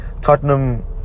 Tottenham